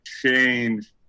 change